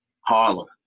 Harlem